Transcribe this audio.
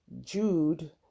jude